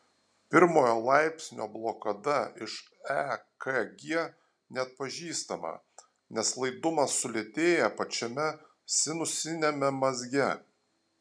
pirmojo laipsnio blokada iš ekg neatpažįstama nes laidumas sulėtėja pačiame sinusiniame mazge